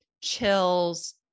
chills